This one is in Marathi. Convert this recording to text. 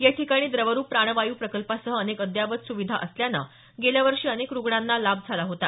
या ठिकाणी द्रवरुप प्राणवायू प्रकल्पासह अनेक अद्ययावत सुविधा असल्याने गेल्या वर्षी अनेक रुग्णांना लाभ झाला होता